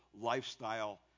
lifestyle